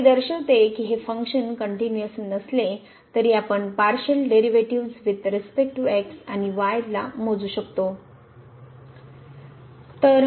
आता हे दर्शविते की हे फंक्शन कनट्युनिअस नसले तरी आपण partial derivatives with respect to x आणि y च्या मोजू शकतो